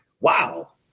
Wow